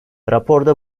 raporda